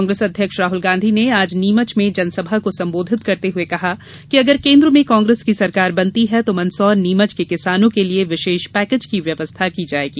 कांग्रेस अध्यक्ष राहल गांधी ने आज नीमच में जनसभा को संबोधित करते हुए कहा कि अगर केन्द्र में कांग्रेस की सरकार बनती है तो मन्दसौर नीमच के किसानों के लिए विशेष पैकेज की व्यवस्था की जायेगी